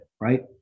right